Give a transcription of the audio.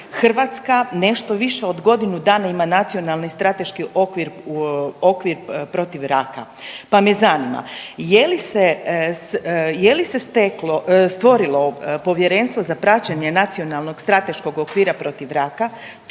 Hrvatska nešto više od godinu dana ima Nacionalni strateški okvir, okvir protiv raka, pa me zanima je li se, je li se steklo, stvorilo povjerenstvo za praćenje Nacionalnog strateškog okvira protiv raka,